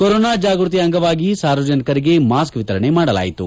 corona ಜಾಗೃತಿ ಅಂಗವಾಗಿ ಸಾರ್ವಜನಿಕರಿಗೆ ಮಾಸ್ಕ್ ವಿತರಣೆ ಮಾಡಲಾಯಿತು